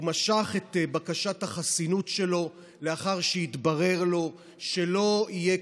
הוא משך את בקשת החסינות שלו לאחר שהתברר לו שלא יהיה